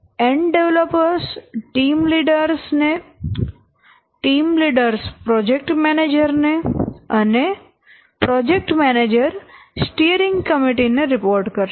and developers team leaders ને team leaders project manager ને અને પ્રોજેક્ટ મેનેજર સ્ટીઅરિંગ કમિટી ને રિપોર્ટ કરશે